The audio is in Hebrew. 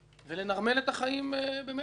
ולנרמל את החיים במאה אחוז בהתיישבות.